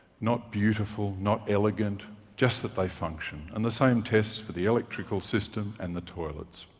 not beautiful, not elegant just that they function. and the same tests for the electrical system and the toilets.